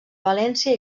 valència